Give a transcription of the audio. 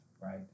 right